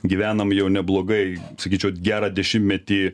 gyvenam jau neblogai sakyčiau gerą dešimtmetį